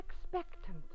expectant